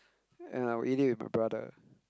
and I will eat it with my brother